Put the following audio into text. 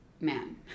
man